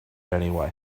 anyway